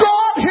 God